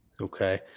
Okay